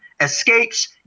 escapes